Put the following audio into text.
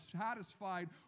satisfied